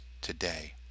today